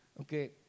Okay